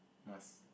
must